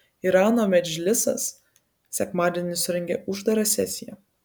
irano medžlisas sekmadienį surengė uždarą sesiją